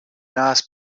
nice